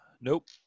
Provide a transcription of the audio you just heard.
Nope